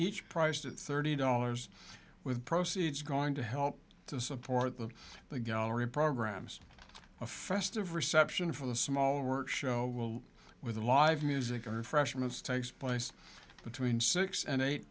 each priced at thirty dollars with proceeds going to help to support of the gallery programs a festive reception for the small work show will with live music and refreshments takes place between six and eight